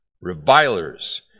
revilers